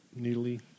needly